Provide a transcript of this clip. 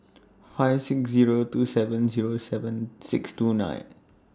five six Zero two seven Zero seven six two nine